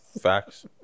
Facts